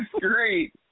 great